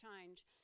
Change